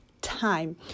Time